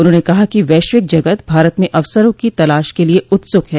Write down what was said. उन्होंने कहा कि वैश्विक जगत भारत में अवसरों की तलाश के लिए उत्सूक है